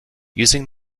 using